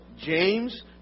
James